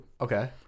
Okay